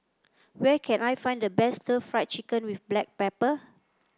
where can I find the best Stir Fried Chicken with Black Pepper